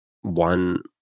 one